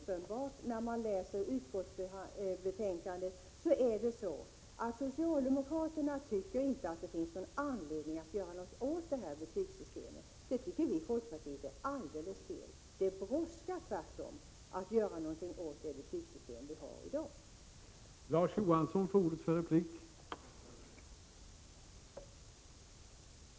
Men när man läser utskottsbetänkandet ser man att socialdemokraterna alldeles uppenbart tycker att det inte finns anledning att göra något åt betygssystemet. Det anser vi i folkpartiet är alldeles fel. Det brådskar att göra någonting åt det betygssystem vi har i dag.